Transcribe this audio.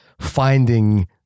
finding